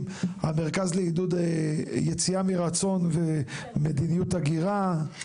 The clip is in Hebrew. המרכז לעידוד יציאה מרצון ומדיניות הגירה?